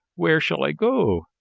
where shall i go?